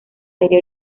serie